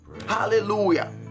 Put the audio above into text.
Hallelujah